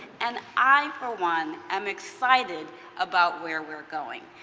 and i, for one, am excited about where we are going.